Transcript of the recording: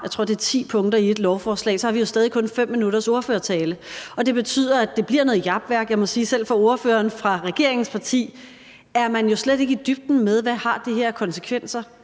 jeg tror, det er ti punkter i et lovforslag, så har vi stadig væk kun 5 minutters ordførertale, og det betyder, at det bliver noget japværk. Jeg må sige, at selv fra ordføreren fra regeringens partis side er man jo slet ikke i dybden med, hvad det her har af konsekvenser.